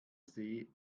see